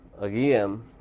again